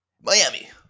Miami